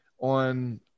on